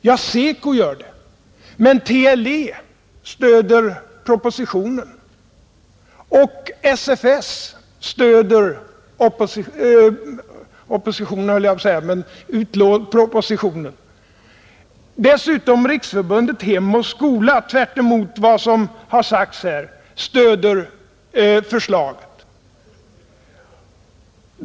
Ja, SECO gör det, men TLE och SFS stöder propositionen, Dessutom stöder Riksförbundet Hem och skola — tvärtemot vad som har sagts här — förslaget.